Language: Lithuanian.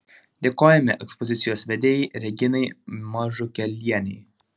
dėkojame ekspozicijos vedėjai reginai mažukėlienei